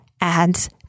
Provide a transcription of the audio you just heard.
adds